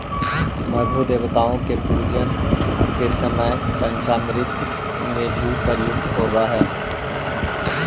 मधु देवताओं के पूजन के समय पंचामृत में भी प्रयुक्त होवअ हई